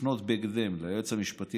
לפנות בהקדם ליועץ המשפטי